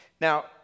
Now